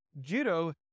Judo